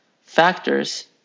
factors